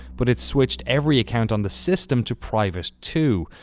but it switched every account on the system to private, too.